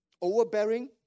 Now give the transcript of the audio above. Overbearing